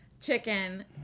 chicken